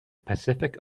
pacific